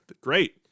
Great